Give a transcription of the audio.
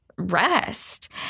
rest